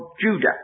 Judah